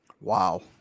Wow